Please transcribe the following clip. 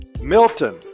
Milton